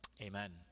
Amen